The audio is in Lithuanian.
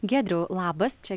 giedriau labas čia